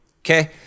okay